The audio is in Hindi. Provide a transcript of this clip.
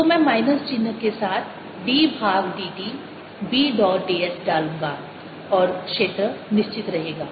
तो मैं माइनस चिह्न के साथ d भाग dt B dot d s डालूँगा और क्षेत्र निश्चित रहेगा